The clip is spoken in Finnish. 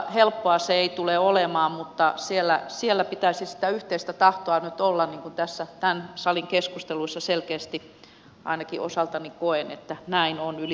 helppoa se ei tule olemaan mutta siellä pitäisi sitä yhteistä tahtoa nyt olla niin kuin näissä tämän salissa keskusteluissa selkeästi ainakin osaltani koen näin on yli puoluerajojen